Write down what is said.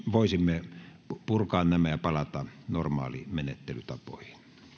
voisimme purkaa nämä ja palata normaaleihin menettelytapoihin